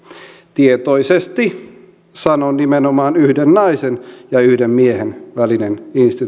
tietoisesti sanon nimenomaan yhden naisen ja yhden miehen välinen instituutio